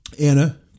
Anna